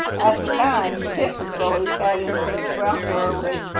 the time mrs. bully sat in the little round doorway,